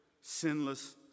sinless